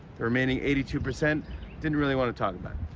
the remaining eighty two percent didn't really want to talk but